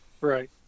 Right